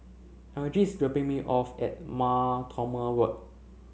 Elgie is dropping me off at Mar Thoma Road